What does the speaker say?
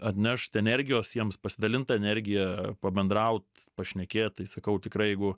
atnešt energijos jiems pasidalint ta energija pabendraut pašnekėt tai sakau tikrai jeigu